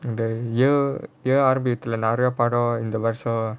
and the year year ஆரம்பிக்கிறதுல நெறய படம் இந்த வருஷம்:arambikirathula neraya padam intha varusham